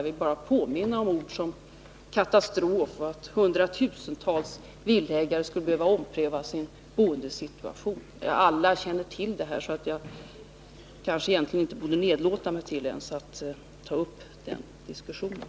Jag vill bara påminna om ord som katastrof och att hundratusentals villaägare skulle behöva ompröva sin bostadssituation. Alla känner till det här, så jag kanske inte borde nedlåta mig ens till att ta upp den diskussionen.